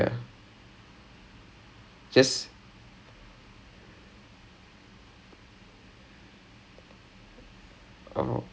no she's isn't she's apparently ஒரே:ore J_C ah and then err A_J ah I think she's A_J if I'm not wrong